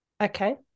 okay